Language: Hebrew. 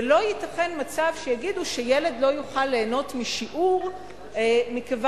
ולא ייתכן שיגידו שילד לא יוכל ליהנות משיעור מכיוון